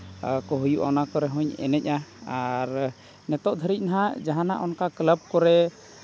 ᱠᱚ ᱦᱩᱭᱩᱜᱼᱟ ᱚᱱᱟ ᱠᱚᱨᱮ ᱦᱚᱸᱧ ᱮᱱᱮᱡᱼᱟ ᱟᱨ ᱱᱤᱛᱚᱜ ᱫᱷᱟᱹᱵᱤᱡ ᱦᱟᱸᱜ ᱡᱟᱦᱟᱱᱟᱜ ᱚᱱᱠᱟ ᱠᱞᱵᱽ ᱠᱚᱨᱮ